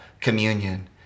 Communion